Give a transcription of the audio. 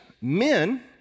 men